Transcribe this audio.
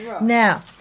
now